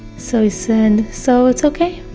so he said, so, it's ok.